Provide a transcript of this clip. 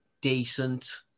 decent